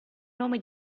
nome